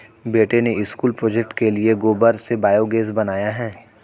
बेटे ने school project के लिए गोबर से बायोगैस बनाया है